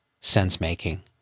sense-making